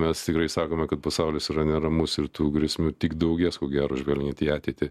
mes tikrai sakome kad pasaulis yra neramus ir tų grėsmių tik daugės ko gero žvelgiant į ateitį